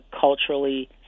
culturally